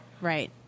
Right